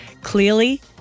Clearly